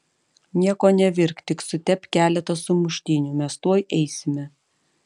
nieko nevirk tik sutepk keletą sumuštinių mes tuoj eisime